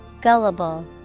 Gullible